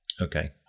Okay